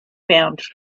found